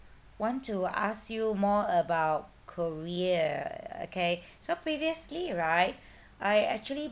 want to ask you more about korea okay so previously right I actually